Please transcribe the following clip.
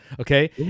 Okay